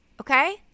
Okay